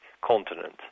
continent